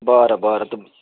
बरं बरं तुम